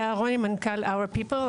לאה אהרוני, מנכ"לית "Our People".